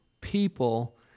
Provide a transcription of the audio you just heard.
people